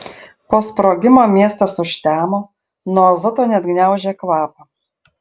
po sprogimo miestas užtemo nuo azoto net gniaužė kvapą